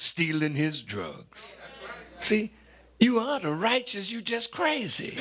stealing his drugs see you on a righteous you just crazy